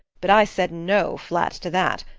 but i said no flat to that.